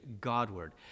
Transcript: Godward